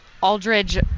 aldridge